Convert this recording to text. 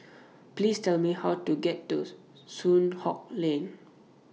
Please Tell Me How to get to Soon Hock Lane